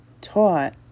taught